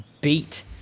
beat